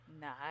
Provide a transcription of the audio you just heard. Nice